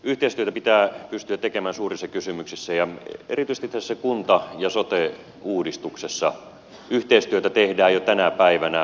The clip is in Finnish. yhteistyötä pitää pystyä tekemään suurissa kysymyksissä ja erityisesti tässä kunta ja sote uudistuksessa yhteistyötä tehdään jo tänä päivänä maakunnissa